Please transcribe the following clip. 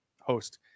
host